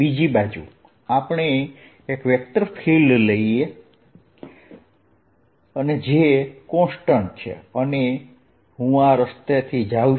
બીજી બાજુ ચાલો આપણે એક વેક્ટર ફીલ્ડ જોઈએ જે અચળ છે અને હું આ રસ્તેથી જાઉં